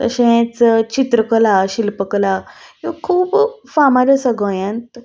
तशेंच चित्रकला शिल्पकला ह्यो खूब फामाद आसा गोंयांत